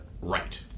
right